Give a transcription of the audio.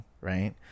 right